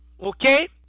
okay